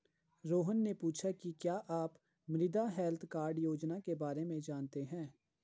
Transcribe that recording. रोहन ने पूछा कि क्या आप मृदा हैल्थ कार्ड योजना के बारे में जानते हैं?